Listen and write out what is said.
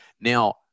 now